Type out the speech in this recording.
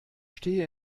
stehe